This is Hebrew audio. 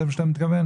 זה מה שאתה מתכוון?